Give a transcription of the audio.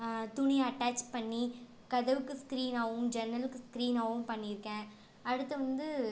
துணியை அட்டேச் பண்ணி கதவுக்கு ஸ்க்ரீனாவும் ஜன்னலுக்கு ஸ்க்ரீனாவும் பண்ணியிருக்கேன் அடுத்து வந்து